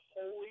holy